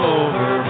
over